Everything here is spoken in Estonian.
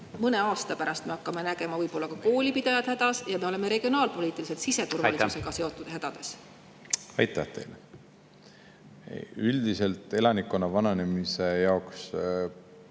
Mõne aasta pärast me hakkame nägema, et võib-olla ka koolipidajad on hädas ja me oleme ka regionaalpoliitiliselt siseturvalisusega seotud hädades. Aitäh! Aitäh! Aitäh teile! Üldiselt on elanikkonna vananemise jaoks,